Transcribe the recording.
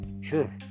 sure